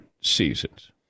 seasons